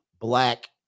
Black